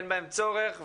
אין בהן צורך.